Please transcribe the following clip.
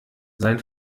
sein